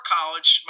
College